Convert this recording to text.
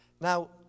Now